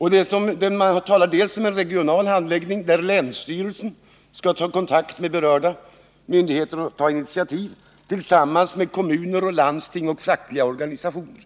Utredningen talar till att börja med om en regional handläggning, där länsstyrelsen skall ta kontakt med berörda myndigheter och ta initiativ till överläggningar med kommuner, landsting och fackliga organisationer.